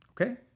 okay